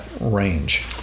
range